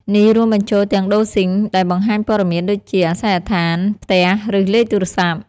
នេះរួមបញ្ចូលទាំងដូកស៊ីង (doxing) ដែលបង្ហាញព័ត៌មានដូចជា អាសយដ្ឋានផ្ទះ ឬលេខទូរស័ព្ទ។